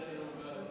משולם נהרי,